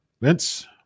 Vince